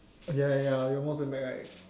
ya ya ya you almost went back right